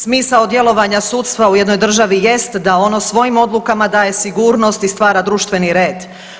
Smisao djelovanja sudstva u jednoj državi jest da ono svojim odlukama daje sigurnost i stvara društveni red.